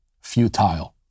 futile